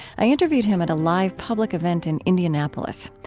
i interviewed him at a live, public event in indianapolis.